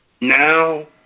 Now